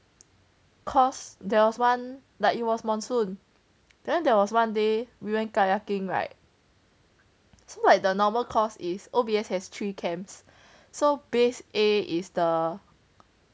cause there was one that it was monsoon then there was one day we went kayaking right so like the normal course is O_B_S has three camps so base A is the